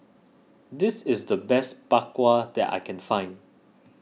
this is the best Bak Kwa that I can find